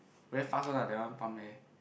very fast one lah that one pump air